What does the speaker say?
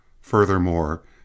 Furthermore